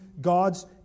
God's